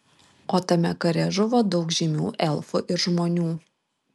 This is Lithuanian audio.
o tame kare žuvo daug žymių elfų ir žmonių